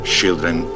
children